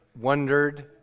wondered